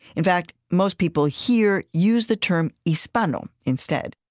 in fact, most people here use the term hispano instead.